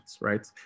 right